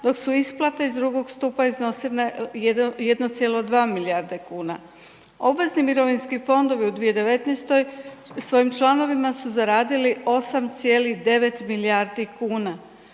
dok su isplate iz II. stupa iznose 1,2 milijarde kuna. Obvezni mirovinski fondovi u 2019. svojim članovima su zaradili 8,9 milijardi kuna,